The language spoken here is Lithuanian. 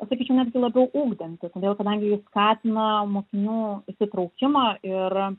sakyčiau netgi labiau ugdanti todėl kadangi ji skatina mokinių įsitraukimą ir